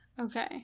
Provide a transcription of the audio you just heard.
Okay